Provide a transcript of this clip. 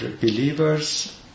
believers